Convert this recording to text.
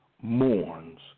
mourns